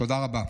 תודה רבה.